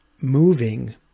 moving